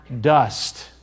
dust